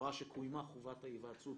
רואה שקוימה חובת ההיוועצות